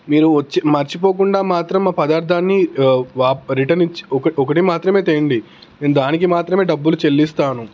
మీరు వచ్చి మర్చిపోకుండా మాత్రం ఆ పదార్థాన్ని వా రిటర్న్ ఇచ్చి ఒకటి ఒకటి మాత్రమే తెండి నేను దానికి మాత్రమే డబ్బులు చెల్లిస్తాను